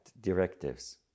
directives